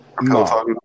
No